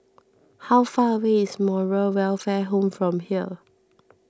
how far away is Moral Welfare Home from here